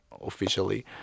officially